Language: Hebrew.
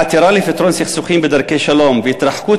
חתירה לפתרון סכסוכים בדרכי שלום והתרחקות